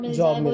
job